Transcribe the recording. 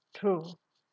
true